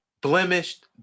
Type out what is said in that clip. blemished